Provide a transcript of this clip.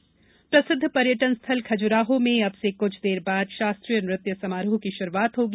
खजुराहो उत्सव प्रसिद्ध पर्यटन स्थल खजुराहो में अब से कुछ देर बाद शास्त्रीय नृत्य समारोह की शुरूआत होगी